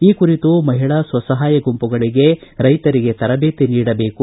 ಈ ಕುರಿತು ಮಹಿಳಾ ಸ್ವ ಸಹಾಯ ಗುಂಪುಗಳಗೆ ರೈತರಿಗೆ ತರಬೇತಿ ನೀಡಬೇಕು